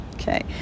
Okay